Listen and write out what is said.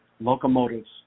locomotives